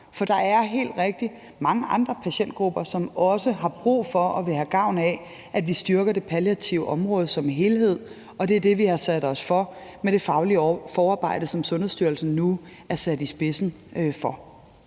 rigtigt mange andre patientgrupper, som også har brug for og vil have gavn af, at vi styrker det palliative område som helhed, og det er det, vi har sat os for med det faglige forarbejde, som Sundhedsstyrelsen nu er sat i spidsen for.